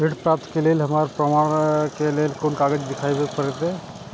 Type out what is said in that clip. ऋण प्राप्त के लेल हमरा प्रमाण के लेल कुन कागजात दिखाबे के परते?